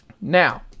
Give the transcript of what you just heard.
now